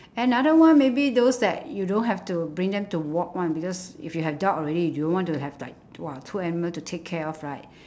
another one maybe those that you don't have to bring them to walk [one] because if you have dog already you won't want to have like !wah! two animal to take care of right